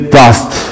dust